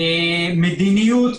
מדיניות,